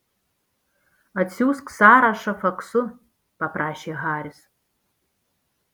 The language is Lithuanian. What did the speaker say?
atsiųsk sąrašą faksu paprašė haris